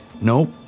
Nope